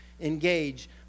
engage